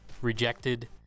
rejected